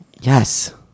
Yes